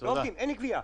לא עובדות, אין גבייה.